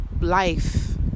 life